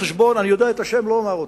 אני יודע את השם ולא אומר אותו,